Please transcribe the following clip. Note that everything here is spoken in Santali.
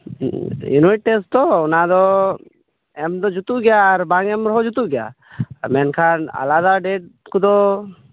ᱤᱭᱩᱱᱤᱴ ᱴᱮᱥᱴ ᱛᱚ ᱚᱱᱟᱫᱚ ᱮᱢ ᱫᱚ ᱡᱩᱛᱩᱜ ᱜᱮᱭᱟ ᱵᱟᱝ ᱮᱢ ᱨᱮᱦᱚᱸ ᱡᱩᱛᱩᱜ ᱜᱮᱭᱟ ᱢᱮᱱᱠᱷᱟᱱ ᱟᱞᱟᱫᱟ ᱰᱮᱴ ᱠᱚᱫᱚ